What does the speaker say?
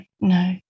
no